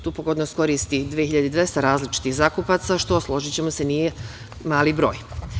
Tu pogodnost koristi 2.200 različitih zakupaca, što složićemo se, nije mali broj.